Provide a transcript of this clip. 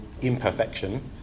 imperfection